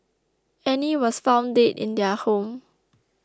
Annie was found dead in their home